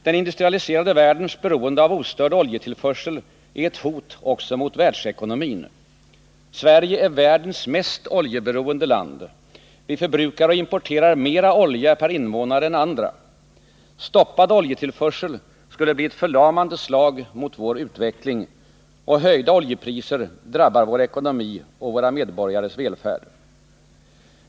Den industrialiserade världens beroende av ostörd oljetillförsel är ett hot också mot världsekonomin. Sverige är världens mest oljeberoende land. Vi förbrukar och importerar mera olja per invånare än andra. Stoppad oljetillförsel skulle bli ett förlamande slag mot vår utveckling. Höjda oljepriser drabbar vår ekonomi och våra medborgares välfärd.